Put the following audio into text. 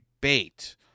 bait